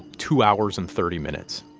two hours and thirty minutes